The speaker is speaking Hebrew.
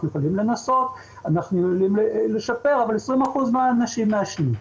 אנחנו יכולים לנסות לשפר אבל 20 אחוזים מהאנשים מעשנים.